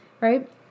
right